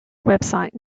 website